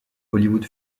hollywood